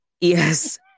yes